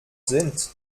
sind